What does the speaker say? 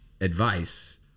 advice